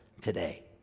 today